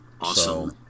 Awesome